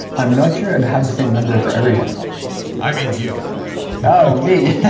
i'm not sure i'd have the same number for everyone i mean you oh, me